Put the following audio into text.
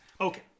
okay